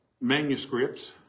manuscripts